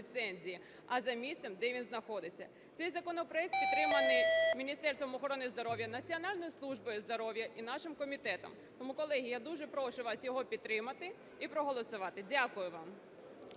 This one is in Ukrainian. а за місцем, де він знаходиться. Цей законопроект підтриманий Міністерством охорони здоров'я, Національною службою здоров'я і нашим комітетом. Тому, колеги, я дуже прошу вас його підтримати і проголосувати. Дякую вам.